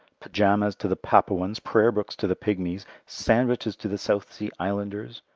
pyjamas to the papuans, prayer-books to the pigmies, sandwiches to the south sea islanders,